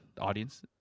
Audience